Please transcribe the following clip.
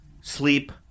sleep